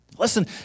Listen